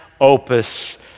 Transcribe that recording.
opus